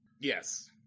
Yes